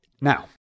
Now